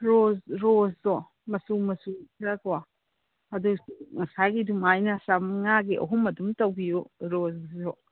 ꯔꯣꯁꯇꯣ ꯃꯆꯨ ꯃꯆꯨ ꯈꯔꯀꯣ ꯑꯗꯨꯁꯨ ꯉꯁꯥꯏꯒꯤ ꯑꯗꯨꯃꯥꯏꯅ ꯆꯥꯃꯉꯥꯒꯤ ꯑꯍꯨꯝ ꯑꯗꯨꯝ ꯇꯧꯕꯤꯌꯣ ꯔꯣꯁꯗꯨꯁꯨ